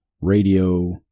radio